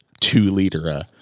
two-liter